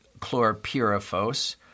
chlorpyrifos